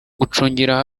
gucungira